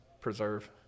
preserve